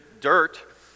dirt